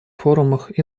форумах